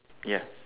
ya